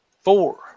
four